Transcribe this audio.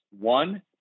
One